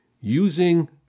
Using